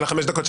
של חמש הדקות,